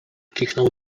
kichnął